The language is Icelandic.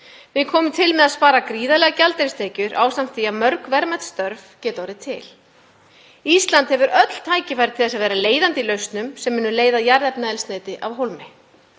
Við komum til með að spara gríðarlegar gjaldeyristekjur ásamt því að mörg verðmæt störf geta orðið til. Ísland hefur öll tækifæri til að vera leiðandi í lausnum sem munu leysa jarðefnaeldsneyti af hólmi.